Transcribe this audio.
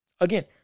Again